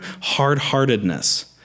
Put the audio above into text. hard-heartedness